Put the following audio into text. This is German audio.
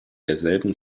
derselben